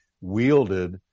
wielded